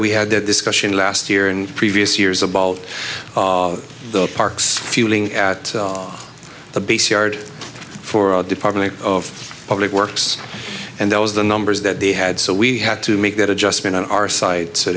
we had that discussion last year in previous years about the parks fueling at the base yard for our department of public works and that was the numbers that they had so we had to make that adjustment on our site so